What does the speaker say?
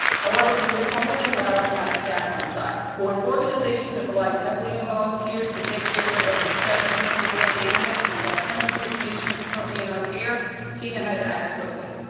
however we were only allowed to have staff on site. for an organization that relies heavily on volunteers to take care of over seventy permanent animals and the hundreds of patients currently in our care tina had to act swiftly.